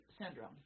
syndrome